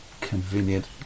convenient